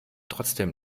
trotzdem